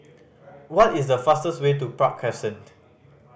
what is the fastest way to Park Crescent